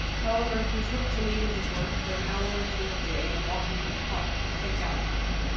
however, he took to leaving his work for an hour or two a day and walking in the park, to think out the matter.